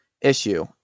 issue